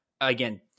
Again